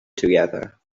together